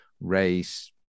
race